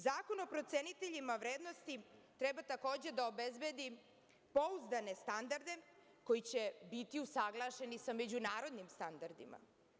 Zakon o proceniteljima vrednosti treba takođe da obezbedi pouzdane standarde koji će biti usaglašeni sa međunarodnim standardima.